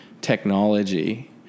technology